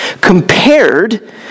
compared